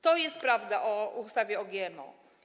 To jest prawda o ustawie o GMO.